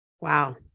Wow